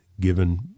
given